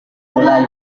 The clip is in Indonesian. mulai